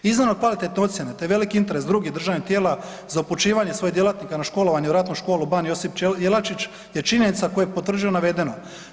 Iznimno kvalitetne ocjene te veliki interes drugih državnih tijela za upućivanje svojih djelatnika na školovanje u Ratnu školu „Ban J. Jelačić“ je činjenica koja potvrđuje navedeno.